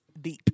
deep